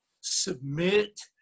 submit